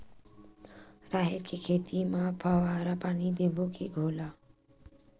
राहेर के खेती म फवारा पानी देबो के घोला?